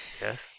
Yes